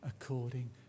according